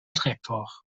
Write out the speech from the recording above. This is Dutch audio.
tractor